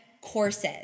courses